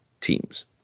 teams